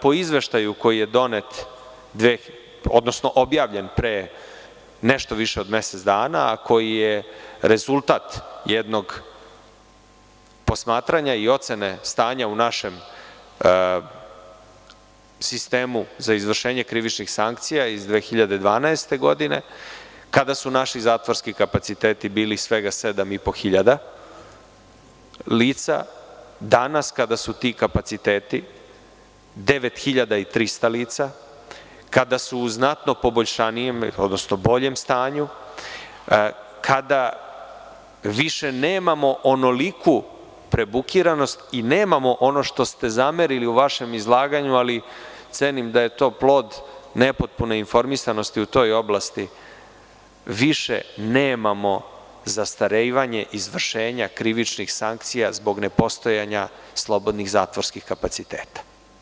Po izveštaju koji je objavljen pre nešto više od mesec dana, a koji je rezultat jednog posmatranja i ocene stanja u našem sistemu za izvršenje krivičnih sankcija iz 2012. godine, kada su naši zatvorski kapaciteti bili svega 7.500 lica, danas kada su ti kapaciteti 9.300 lica, kada su u znatno boljem stanju, kada više nemamo onoliku prebukiranost i nemamo ono što ste zamerili u vašem izlaganju, ali cenim da je to plod nepotpune informisanosti u toj oblasti, više nemamo zastarivanje izvršenja krivičnih sankcija zbog nepostojanja slobodnih zatvorskih kapaciteta.